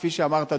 כפי שאמרת,